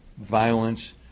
violence